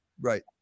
Right